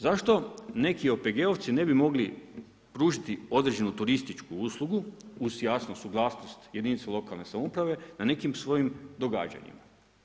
Zašto neki OPG-ovci ne bi mogli pružiti određenu turističku uslugu uz jasno, suglasnost jedinca lokalne samouprave na nekim svojim događanjima?